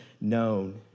known